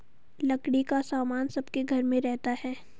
लकड़ी का सामान सबके घर में रहता है